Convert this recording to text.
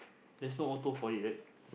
there's no auto for it right